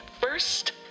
first